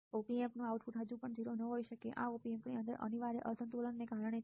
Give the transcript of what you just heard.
Op Amp નું output હજુ પણ 0 ન હોઈ શકે આ Op Amp ની અંદર અનિવાર્ય અસંતુલનને કારણે છે